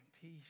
peace